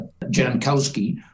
Jankowski